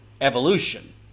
evolution